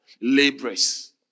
laborers